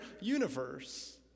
universe